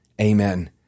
Amen